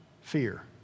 Fear